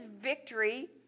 victory